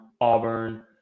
Auburn